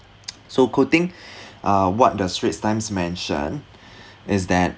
so quoting uh what the straits times mention is that